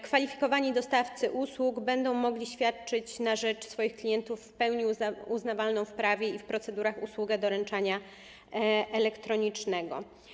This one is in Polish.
Kwalifikowani dostawcy usług będą mogli świadczyć na rzecz swoich klientów w pełni uznawalną w prawie i w procedurach usługę doręczania elektronicznego.